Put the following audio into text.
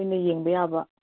ꯑꯩꯈꯣꯏꯅ ꯌꯦꯡꯕ ꯌꯥꯕ